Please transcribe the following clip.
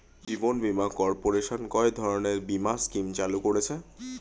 জীবন বীমা কর্পোরেশন কয় ধরনের বীমা স্কিম চালু করেছে?